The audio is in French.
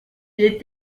est